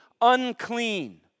unclean